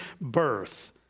birth